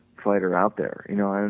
fighter out there, you know,